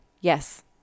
Yes